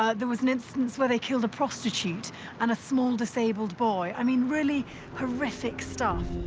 ah there was an instance where they killed a prostitute and a small, disabled boy. i mean, really horrific stuff.